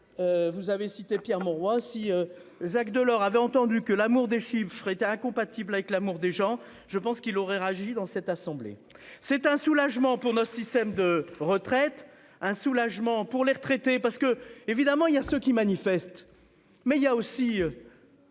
Vous avez cité Pierre Mauroy, si Jacques Delors avait entendu que l'amour des chips étaient. Incompatible avec l'amour des gens, je pense qu'il aurait agi dans cette assemblée, c'est un soulagement pour notre système de retraite. Un soulagement pour les retraités, parce que évidemment il y a ceux qui manifestent. Mais il y a aussi.